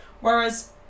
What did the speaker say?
whereas